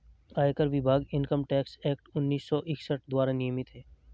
आयकर विभाग income tax act उन्नीस सौ इकसठ द्वारा नियमित है